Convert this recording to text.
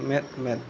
ᱢᱮᱫ ᱢᱮᱫ